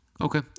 Okay